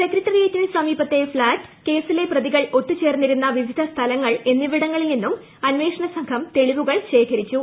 സെക്രട്ടറിയേറ്റിനു സമീപത്തെ ഫ്ളാറ്റ് കേസിലെ ് പ്രതികൾ ഒത്തുചേർന്നിരുന്ന വിവിധ സ്ഥലങ്ങൾ എന്നിവിടങ്ങളിൽ നിന്നും അന്വേഷണ സംഘം തെളിവുകൾ ശേഖരിച്ചു